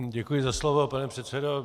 Děkuji za slovo, pane předsedo.